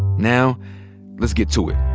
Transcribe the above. now let's get to it,